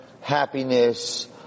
happiness